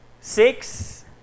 Six